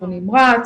טיפול נמרץ,